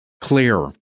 clear